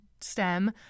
stem